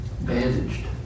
bandaged